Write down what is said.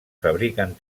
fabriquen